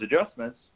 adjustments